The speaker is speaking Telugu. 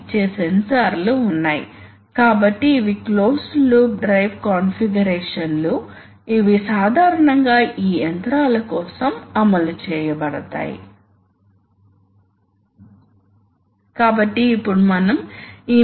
అదేవిధంగా మీరు నాన్ పాజిటివ్ డిస్ప్లేసెమెంట్ టైప్ కలిగి ఉండవచ్చు ఇక్కడ మేము ఒక చిత్రాన్ని చూపించలేదు కాని ఇది సూత్రప్రాయంగా హైడ్రాలిక్ సిస్టమ్స్ యొక్క వేన్ మోటారు తో సమానంగా ఉంటుంది